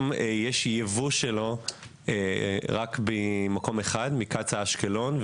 יש יבוא גפ"מ רק ממקום אחד, מקצא"א אשקלון.